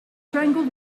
strangled